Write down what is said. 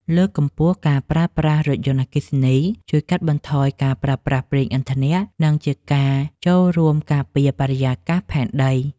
លើកកម្ពស់ការប្រើប្រាស់រថយន្តអគ្គិសនីជួយកាត់បន្ថយការប្រើប្រាស់ប្រេងឥន្ធនៈ និង ជាការចូលរួមការពារបរិយាកាសផែនដី។